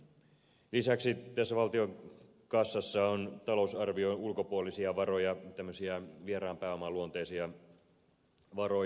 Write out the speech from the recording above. lisäksi tässä valtion kassassa on talousarvion ulkopuolisia varoja tämmöisiä vieraan pääoman luonteisia varoja